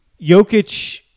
Jokic